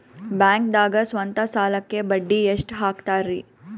ಬ್ಯಾಂಕ್ದಾಗ ಸ್ವಂತ ಸಾಲಕ್ಕೆ ಬಡ್ಡಿ ಎಷ್ಟ್ ಹಕ್ತಾರಿ?